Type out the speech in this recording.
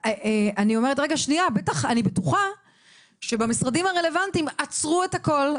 אני אומרת: אני בטוחה שבמשרדים הרלוונטיים עצרו הכול,